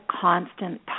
constant